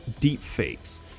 deepfakes